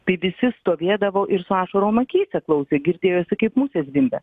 tai visi stovėdavo ir su ašarom akyse klausė girdėjosi kaip musės zvimbia